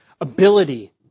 ability